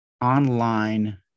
online